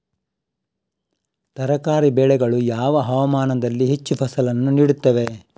ತರಕಾರಿ ಬೆಳೆಗಳು ಯಾವ ಹವಾಮಾನದಲ್ಲಿ ಹೆಚ್ಚು ಫಸಲನ್ನು ನೀಡುತ್ತವೆ?